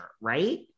right